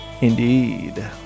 indeed